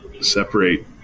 separate